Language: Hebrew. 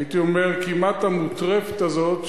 הייתי אומר כמעט המוטרפת הזאת,